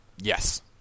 Yes